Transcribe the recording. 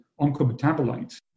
oncometabolites